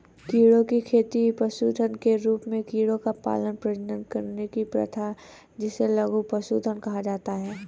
कीड़ों की खेती पशुधन के रूप में कीड़ों को पालने, प्रजनन करने की प्रथा जिसे लघु पशुधन कहा जाता है